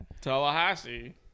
Tallahassee